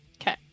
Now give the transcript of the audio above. Okay